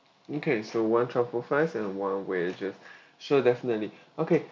okay so one truffle fries and one wedges sure definitely okay